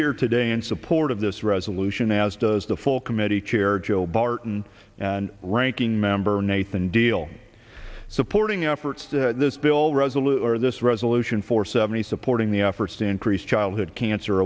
here today in support of this resolution as does the full committee chair joe barton ranking member nathan deal supporting efforts to this bill resolutely this resolution four seventy supporting the efforts to increase childhood cancer